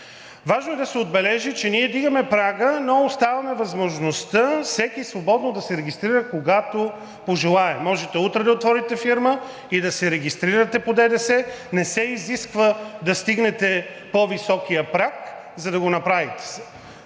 Важно е да се отбележи, че ние вдигаме прага, но оставяме възможността всеки свободно да се регистрира, когато пожелае. Може утре да отворите фирма и да се регистрирате по ДДС, не се изисква да стигнете по-високия праг, за да го направите.